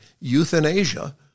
euthanasia